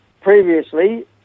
previously